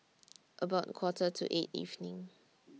about Quarter to eight evening